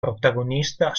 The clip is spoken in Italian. protagonista